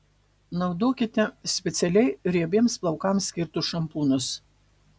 naudokite specialiai riebiems plaukams skirtus šampūnus